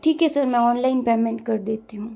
ठीक है सर मैं ऑनलाइन पेमेंट कर देती हूँ